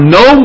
no